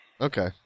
Okay